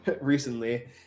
recently